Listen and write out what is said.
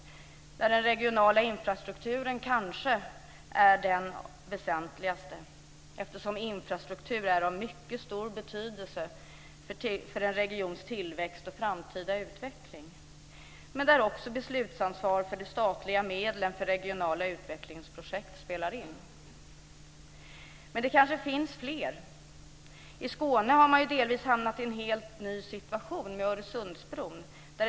Här är den regionala infrastrukturen kanske den väsentligaste frågan, eftersom infrastruktur är av mycket stor betydelse för en regions tillväxt och framtida utveckling, men också beslutsansvaret för de statliga medlen för regionala utvecklingsprojekt spelar in. Men det kanske finns fler. I Skåne har man delvis hamnat i en helt ny situation med Öresundsbron.